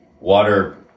water